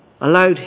allowed